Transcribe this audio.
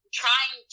trying